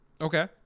Okay